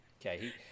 Okay